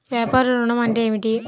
వ్యాపార ఋణం అంటే ఏమిటి?